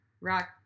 Rock